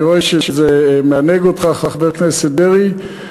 אני רואה שזה מענג אותך, חבר הכנסת דרעי.